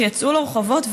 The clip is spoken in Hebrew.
שיצאו לרחובות,